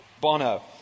Bono